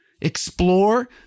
explore